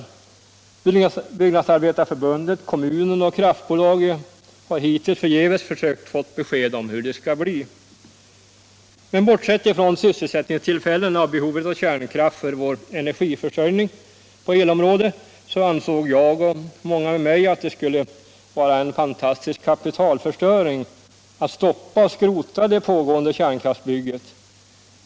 Byggnadsarbetareförbundet, kommunen och kraftbolaget har hittills förgäves sökt få besked om hur det skall bli. Bortsett från sysselsättningstillfällena och behovet av kärnkraft för vår elenergiförsörjning ansåg jag och många med mig att det skulle vara en fantastisk kapitalförstöring att stoppa och skrota det pågående kärnkraftsbygget.